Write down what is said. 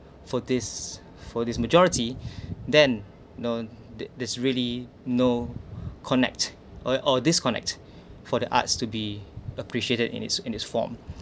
for this for this majority then known that this really no connect or or disconnect for the arts to be appreciated in its in its form